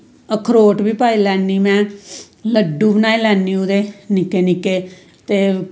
अखरोट बी पाई लैन्नी मैं लड्डू बनाई लैन्नी ओह्दे निक्के निक्के ते